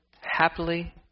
happily